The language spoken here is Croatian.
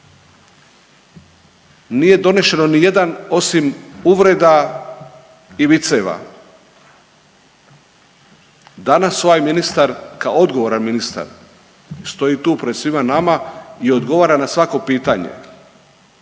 Nije donešeno nijedan, osim uvreda i viceva. Danas ovaj ministar, kao odgovoran ministar stoji tu pred svima nama i odgovara na svako pitanje.